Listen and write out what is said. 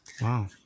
Wow